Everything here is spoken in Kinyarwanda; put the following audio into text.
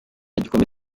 igikombe